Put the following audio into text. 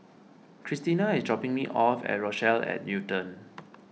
Cristina is dropping me off at Rochelle at Newton